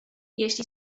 jeśli